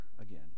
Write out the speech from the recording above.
again